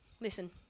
Listen